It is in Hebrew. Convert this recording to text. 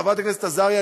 חברת הכנסת עזריה,